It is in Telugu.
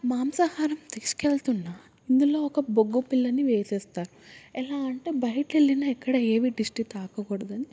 మాంసాహారం తీసుకెళ్తున్న ఇందులో ఒక బొగ్గు బిళ్ళని వేసేస్తారు ఎలా అంటే బయట వెళ్ళిన ఎక్కడ ఏవి దిష్టి తాకకూడదని